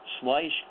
slice